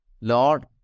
Lord